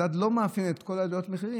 מדד לא מאפיין את כל עליות המחירים.